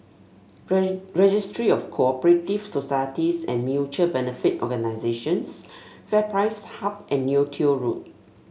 Registry of Co operative Societies and Mutual Benefit Organisations FairPrice Hub and Neo Tiew Road